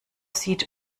sieht